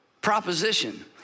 proposition